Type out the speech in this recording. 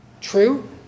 True